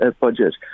budget